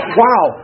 wow